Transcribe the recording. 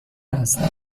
هستم